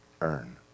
earn